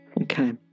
Okay